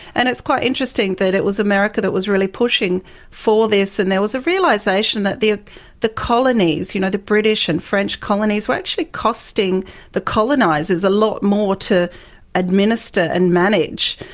and it's quite interesting that it was america that was really pushing for this. and there was a realisation that the ah the colonies you know, the british and french colonies were actually costing the colonisers a lot more to administer and manage.